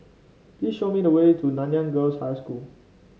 please show me the way to Nanyang Girls' High School